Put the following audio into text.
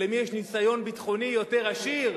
או למי יש ניסיון ביטחוני יותר עשיר,